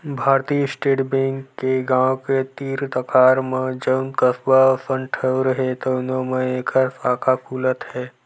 भारतीय State Bank के गाँव के तीर तखार म जउन कस्बा असन ठउर हे तउनो म एखर साखा खुलत हे